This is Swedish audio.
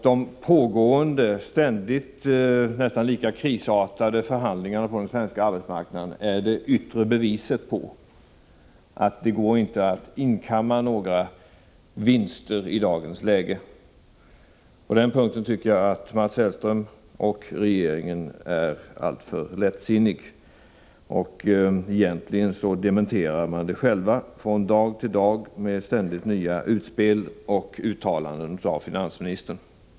De pågående, ständigt nästan lika krisartade, förhandlingarna på den svenska arbetsmarknaden är det yttre beviset på att det inte går att inkamma några vinster i dagens läge. På den punkten tycker jag att Mats Hellström och regeringen är alltför lättsinniga. Egentligen dementerar man själva från dag till dag de egna framgångarna med ständigt nya utspel och uttalanden från finansministern.